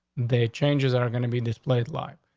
the changes are going to be displayed. life.